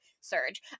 surge